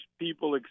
people